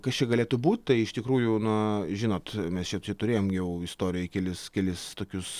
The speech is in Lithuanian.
kas čia galėtų būt tai iš tikrųjų na žinot mes čia turėjom jau istorijoj kelis kelis tokius